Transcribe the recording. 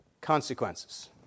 consequences